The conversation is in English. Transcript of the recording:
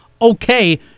okay